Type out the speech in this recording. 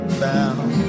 bound